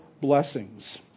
blessings